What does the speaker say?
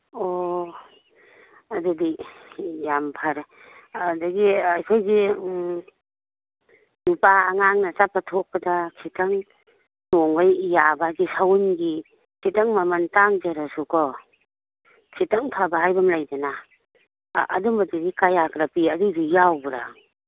ꯑꯣ ꯑꯗꯨꯗꯤ ꯌꯥꯝ ꯐꯔꯦ ꯑꯗꯒꯤ ꯑꯩꯈꯣꯏꯒꯤ ꯅꯨꯄꯥ ꯑꯉꯥꯡꯅ ꯆꯠꯄ ꯊꯣꯛꯄꯗ ꯈꯤꯇꯪ ꯇꯣꯡꯕ ꯌꯥꯕ ꯍꯥꯏꯗꯤ ꯁꯎꯟꯒꯤ ꯈꯤꯇꯪ ꯃꯃꯜ ꯇꯥꯡꯖꯔꯁꯨꯀꯣ ꯈꯤꯇꯪ ꯐꯕ ꯍꯥꯏꯕ ꯑꯃ ꯂꯩꯗꯅ ꯑꯗꯨꯝꯕꯗꯨꯗꯤ ꯀꯌꯥꯒ ꯄꯤ ꯑꯗꯨꯏꯗꯨ ꯌꯥꯎꯕ꯭ꯔ